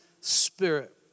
spirit